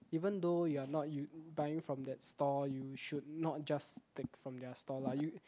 even though you are not you buying from that stall you should not just take from their stall lah you